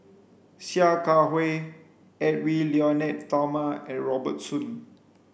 Sia Kah Hui Edwy Lyonet Talma and Robert Soon